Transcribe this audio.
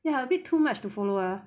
ya a bit too much to follow ah